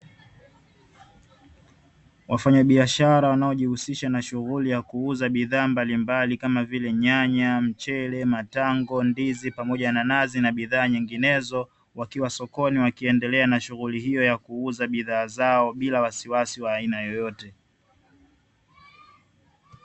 Wafanyabiashara wanaojihusisha na shughuli ya kuuza bidhaa mbalimbali kama vile; nyanya, mchele, matango, ndizi pamoja na nazi na bidhaa nyinginezo wakiwa sokoni wakiendelea na shughuli hiyo ya kuuza bidhaa zao bila wasiwasi wa aina yeyote.